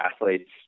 athletes